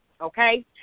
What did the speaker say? okay